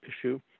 issue